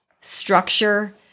structure